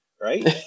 right